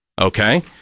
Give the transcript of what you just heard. Okay